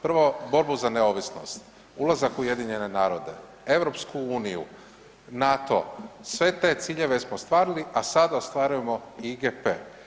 Prvo, borbu za neovisnost, ulazak u UN, EU, NATO sve te ciljeve smo ostvarili, a sada ostvarujemo i IGP.